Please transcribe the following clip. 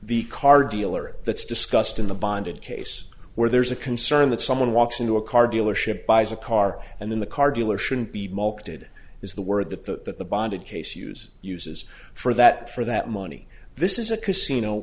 the car dealer that's discussed in the bonded case where there's a concern that someone walks into a car dealership buys a car and then the car dealer shouldn't be mulcted is the word that the that the bonded case use uses for that for that money this is a casino